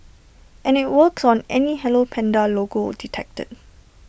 and IT works on any hello Panda logo detected